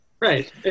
Right